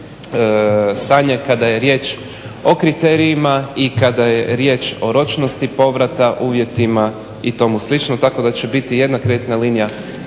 stanje kada je riječ o kriterijima i kada je riječ o ročnosti povrata, uvjetima i tomu slično. Tako da će biti jedna kreditne linija